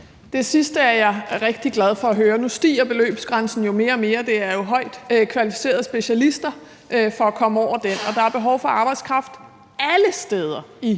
Det sidste er jeg rigtig glad for at høre. Nu stiger beløbsgrænsen jo mere og mere, og man skal være højt kvalificeret specialist for at kommer over den. Der er behov for arbejdskraft alle steder i